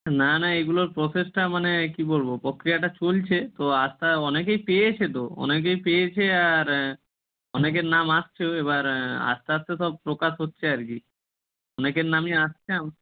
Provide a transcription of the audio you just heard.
না না এগুলোর প্রসেসটা মানে কী বলব প্রক্রিয়াটা চলছে তো আস্থা অনেকেই পেয়েছে তো অনেকেই পেয়েছে আর অনেকের নাম আসছেও এবার আস্তে আস্তে সব প্রকাশ হচ্ছে আর কি অনেকের নামই আসছে